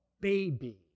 baby